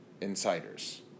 insiders